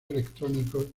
electrónicos